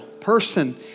person